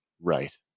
Right